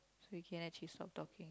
so we can actually stop talking